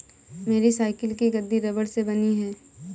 मेरी साइकिल की गद्दी रबड़ से बनी है